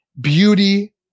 beauty